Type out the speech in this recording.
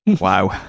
Wow